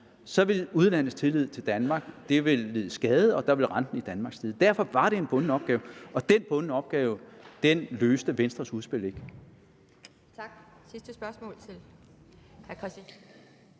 så ville udlandets tillid til Danmark lide skade, og renten i Danmark ville stige. Derfor var det en bunden opgave, og den bundne opgave løste Venstres udspil ikke.